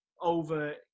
over